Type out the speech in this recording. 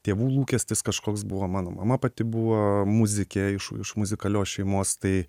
tėvų lūkestis kažkoks buvo mano mama pati buvo muzikė iš iš muzikalios šeimos tai